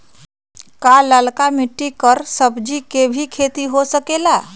का लालका मिट्टी कर सब्जी के भी खेती हो सकेला?